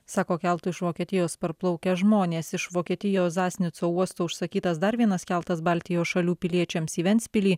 sako keltu iš vokietijos parplaukę žmonės iš vokietijos zasnico uosto užsakytas dar vienas keltas baltijos šalių piliečiams į ventspilį